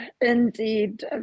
indeed